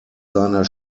seiner